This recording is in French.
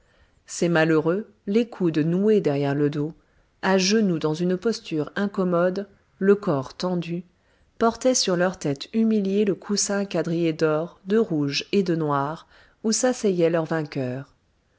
ces malheureux les coudes noués derrière le dos à genoux dans une posture incommode le corps tendu portaient sur leur tête humiliée le coussin quadrillé d'or de rouge et de noir où s'asseyait leur vainqueur